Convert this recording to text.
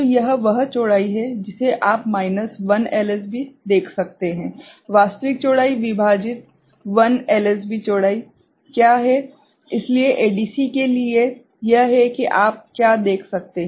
तो यह वह चौड़ाई है जिसे आप माइनस 1 एलएसबी देख सकते हैं वास्तविक चौड़ाई विभाजित 1 एलएसबी चौड़ाई क्या है इसलिए एडीसी के लिए यह है कि आप क्या देख सकते हैं